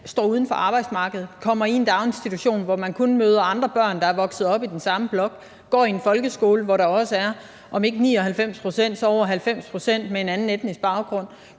står uden for arbejdsmarkedet. Hvis man så kommer i en daginstitution, hvor man kun møder andre børn, der er vokset op i den samme blok, og så går i en folkeskole, hvor der også er om ikke 99 pct. så over 90 pct. med en anden etnisk baggrund,